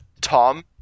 Tom